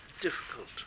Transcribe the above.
difficult